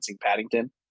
Paddington